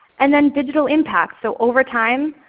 and then digital impact, so over time